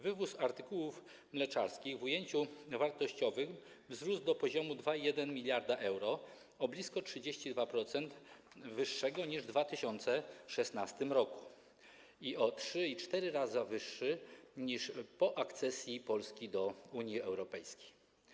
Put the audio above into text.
Wywóz artykułów mleczarskich w ujęciu wartościowym wzrósł do poziomu 2,1 mld euro, o blisko 32% wyższego niż w 2016 r. i o 3,4 raza wyższego niż po akcesji Polski do Unii Europejskiej.